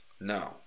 No